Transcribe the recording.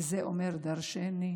וזה אומר דרשני,